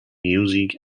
music